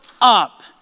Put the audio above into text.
up